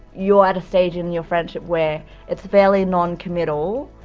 you're at a stage in your friendship were it's fairly noncommittal,